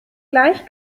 gleich